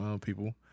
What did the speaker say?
people